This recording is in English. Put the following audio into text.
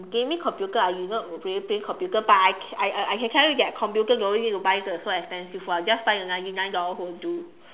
gaming computer I do not play computer but I I I I can tell you that computer no need to buy the so expensive one just buy the ninety nine dollars will do